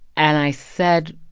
and i said,